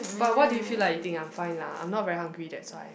but what do you feel like eating I'm fine lah I'm not very hungry that's why